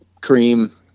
cream